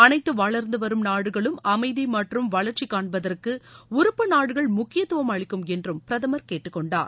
அனைத்து வளர்ந்து வரும் நாடுகளும் அமைதி மற்றும் வளர்ச்சி காண்பதற்கு உறுப்பு நாடுகள் முக்கியதுவம் அளிக்கும் என்றும் பிரதமர் கேட்டுக்கொண்டார்